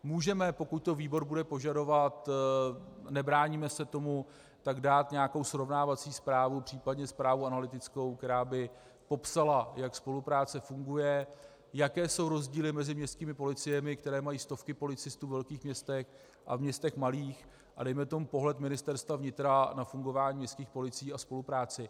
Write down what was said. Můžeme, pokud to výbor bude požadovat, nebráníme se tomu, dát nějakou srovnávací zprávu, případně zprávu analytickou, která by popsala, jak spolupráce funguje, jaké jsou rozdíly mezi městskými policiemi, které mají stovky policistů ve velkých městech a v městech malých, a dejme tomu pohled Ministerstva vnitra na fungování městských policií a spolupráci.